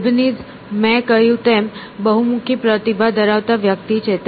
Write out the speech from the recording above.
Leibniz મેં કહ્યું તેમ બહુમુખી પ્રતિભા ધરાવતા વ્યક્તિ છે